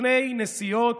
שסוכני נסיעות